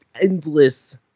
endless